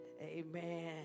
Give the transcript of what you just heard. Amen